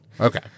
okay